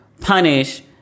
punish